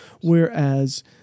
Whereas